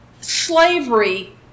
Slavery